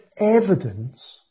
evidence